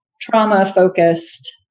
trauma-focused